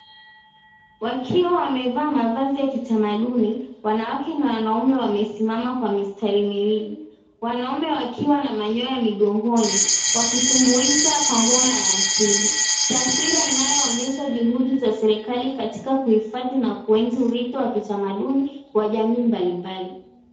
Wakiwa wamevaa mavazi ya kitamaduni wanawake na wanaume wamesimama kwa mistari miwili. Wanaume wakiwa na manyoya migongoni wakitumbuiza kwa ngoma ya asili. Taswira inayoonyesha juhudi za serikali katika kuhihadhi na kuenzi urithi wa kitamaduni wa jamii mbali mbali.